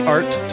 Art